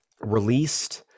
released